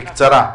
בקצרה.